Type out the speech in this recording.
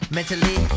Mentally